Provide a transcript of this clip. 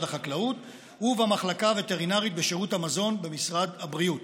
החקלאות ובמחלקה הווטרינרית בשירות המזון במשרד הבריאות.